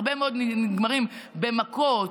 הרבה מאוד נגמרים במכות,